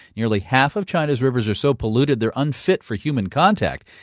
nearly half of china's rivers are so polluted they're unfit for human contact.